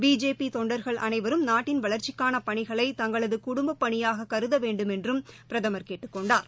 பிஜேபிதொண்டர்கள் அனைவரும் நாட்டின் வளர்ச்சிக்கானபணிகளை தங்களதுகுடும்பப் பணியாககருதவேண்டுமென்றும் கேட்டுக் கொண்டார்